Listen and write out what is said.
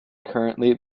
currently